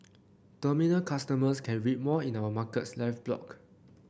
terminal customers can read more in our Markets Live blog